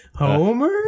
Homer